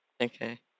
Okay